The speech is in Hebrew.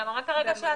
היא אמרה שכן.